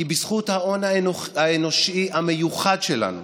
כי בזכות ההון האנושי המיוחד שלנו